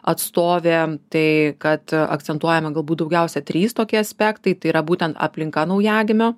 atstovė tai kad akcentuojami galbūt daugiausiai trys tokie aspektai tai yra būtent aplinka naujagimio